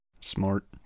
Smart